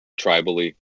tribally